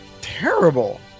terrible